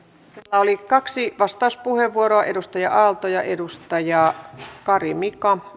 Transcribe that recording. oli kaksi vastauspuheenvuoroa edustaja aalto ja edustaja kari mika